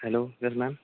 hello yes ma'am